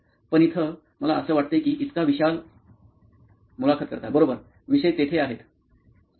पण इथं मला असं वाटतंय की इतका विशाल मुलाखत कर्ता बरोबर विषय तेथे आहेत